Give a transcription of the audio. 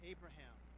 Abraham